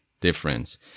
Difference